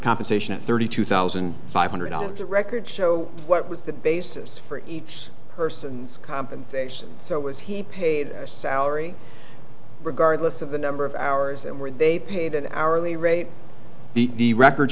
compensation at thirty two thousand five hundred dollars the records show what was the basis for each person's compensation so was he paid salary regardless of the number of hours and where they paid an hourly rate the record